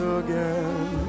again